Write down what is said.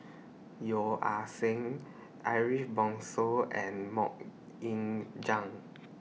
Yeo Ah Seng Ariff Bongso and Mok Ying Jang